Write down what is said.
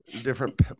different